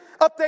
update